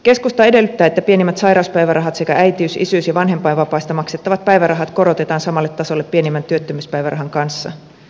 keskusta edellyttää että pienimmät sairauspäivärahat sekä äitiys isyys ja vanhempainvapaista maksettavat päivärahat korotetaan samalle tasolle pienimmän työttömyyspäivärahan kanssa